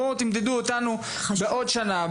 בואו תמדדו אותנו בעוד שנה,